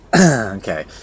okay